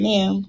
Ma'am